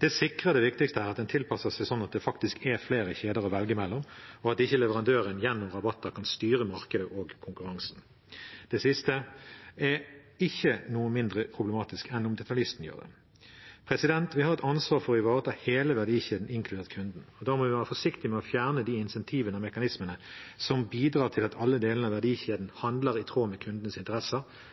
Det sikrer det viktigste her, at en tilpasser seg sånn at det faktisk er flere kjeder å velge mellom, og at ikke leverandøren gjennom rabatter kan styre markedet og konkurransen. Det siste er ikke noe mindre problematisk enn om detaljisten gjør det. Vi har et ansvar for å ivareta hele verdikjeden, inkludert kunden. Da må vi være forsiktige med å fjerne de insentivene og mekanismene som bidrar til at alle delene av verdikjeden handler i tråd med kundenes interesser